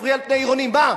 כפרי על פני עירוני, מה?